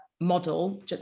model